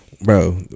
Bro